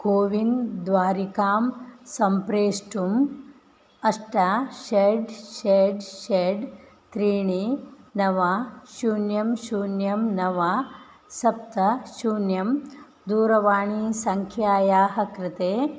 CoWIN द्वारिकां सम्प्रेष्टुम् अष्ट षड् षड् षड् त्रीणि नव शून्यं शून्यं नव सप्त शून्यं दूरवाणीसङ्ख्यायाः कृते